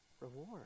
reward